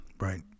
Right